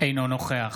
אינו נוכח